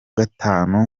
gatanu